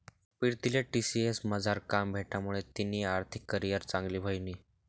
पीरतीले टी.सी.एस मझार काम भेटामुये तिनी आर्थिक करीयर चांगली व्हयनी